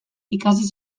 ikasi